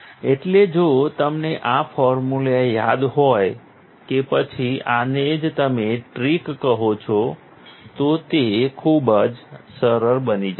એટલે જો તમને આ ફોર્મ્યુલા યાદ હોય કે પછી આને જ તમે ટ્રિક્સ કહો છો તો તે ખૂબ જ સરળ બની જાય છે